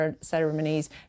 ceremonies